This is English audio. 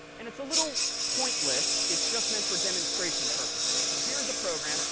and it's a little pointless. it's just meant for demonstration purposes. so here is a program.